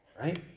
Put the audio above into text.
right